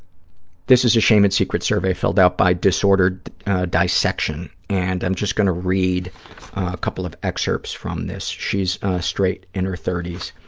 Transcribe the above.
this is a shame and secrets survey filled out by disordered dissection, and i'm just going to read a couple of excerpts from this. she's straight, in her thirty s,